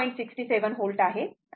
67 volt आहे